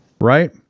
Right